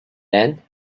then